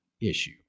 issue